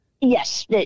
Yes